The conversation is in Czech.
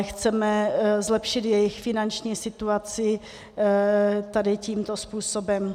Chceme zlepšit jejich finanční situaci tímto způsobem.